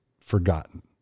forgotten